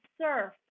surf